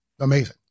amazing